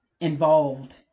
involved